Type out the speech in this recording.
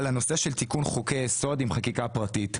הנושא של תיקון חוקי יסוד עם חקיקה פרטית.